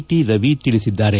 T Ravi ತಿಳಿಸಿದ್ದಾರೆ